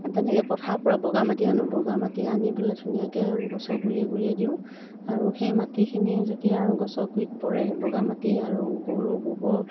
তেনেকৈ পথাৰৰ পৰা বগা মাটি আনোঁ বগা মাটি আনি পেলাই ধুনীয়াকৈ গছৰ গুৰিয়ে গুৰিয়ে দিওঁ আৰু সেই মাটিখিনি যেতিয়া গছৰ গুৰিত পৰে বগা মাটি আৰু গৰু গোবৰ